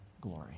glory